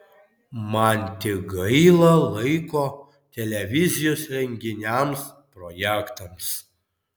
man tik gaila laiko televizijos renginiams projektams